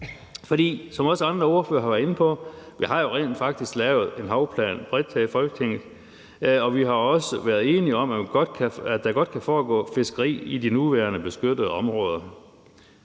For som også andre ordførere har været inde på, har vi jo rent faktisk lavet en havplan bredt her i Folketinget, og vi har også været enige om, at der godt kan foregå fiskeri i de nuværende beskyttede områder.